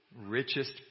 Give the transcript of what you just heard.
richest